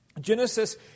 Genesis